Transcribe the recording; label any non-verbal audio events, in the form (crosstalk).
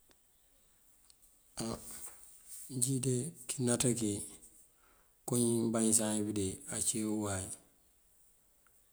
(hesitation) Njí de kí naţa kí koowí banyësani kí pëndee ací uway.